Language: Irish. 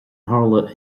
tharla